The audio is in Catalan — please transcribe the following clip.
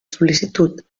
sol·licitud